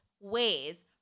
ways